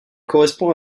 correspond